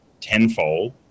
tenfold